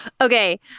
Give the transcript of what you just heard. Okay